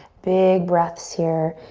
big breaths here,